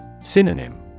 Synonym